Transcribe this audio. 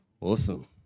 Awesome